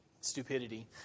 stupidity